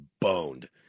boned